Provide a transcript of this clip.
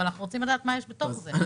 אבל אנחנו רוצים לדעת מה יש בתוך זה.